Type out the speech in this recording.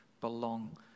belong